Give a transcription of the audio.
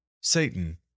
Satan